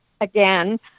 again